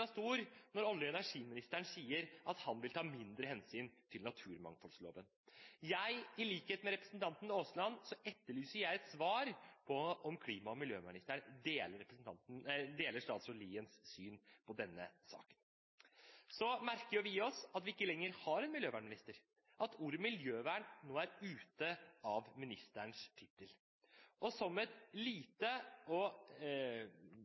stor når olje- og energiministeren sier at han vil ta mindre hensyn til naturmangfoldloven. I likhet med representanten Aasland etterlyser jeg svar på om klima- og miljøministeren deler statsråd Liens syn på denne saken. Så merker vi oss at vi ikke lenger har en miljøvernminister, at ordet «miljøvern» nå er ute av ministerens tittel. Et lite, kanskje uvesentlig, poeng som